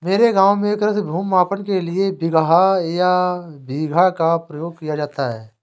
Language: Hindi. मेरे गांव में कृषि भूमि मापन के लिए बिगहा या बीघा का प्रयोग किया जाता है